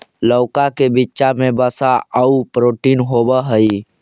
लउका के बीचा में वसा आउ प्रोटीन होब हई